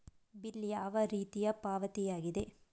Bill ಯಾವ ರೀತಿಯ ಪಾವತಿಯಾಗಿದೆ?